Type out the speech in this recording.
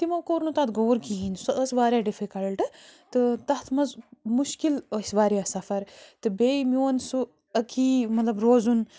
تِمو کوٚر نہٕ تَتھ غور کِہیٖنۍ سۄ ٲس واریاہ ڈِفِکَلٹ تہٕ تَتھ منٛز مُشکِل ٲسۍ واریاہ سفر تہٕ بیٚیہِ میون سُہ عٔقی مطلب روزُن